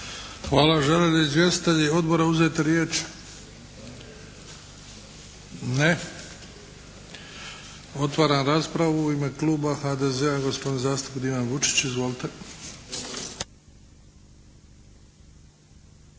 Hvala. Žele li izvjestitelji Odbora uzeti riječ? Ne. Otvaram raspravu. U ime Kluba HDZ-a gospodin zastupnik Ivan Vučić. Izvolite.